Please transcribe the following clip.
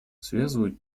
связывают